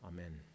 Amen